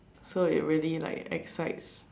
so it really like excites